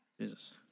Jesus